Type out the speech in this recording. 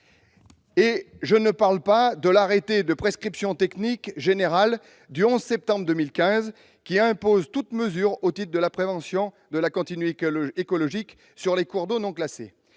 Et je ne parle pas de l'arrêté de prescriptions techniques générales du 11 septembre 2015, qui impose toutes sortes de mesures au titre de la préservation de la continuité écologique sur les cours d'eau non classés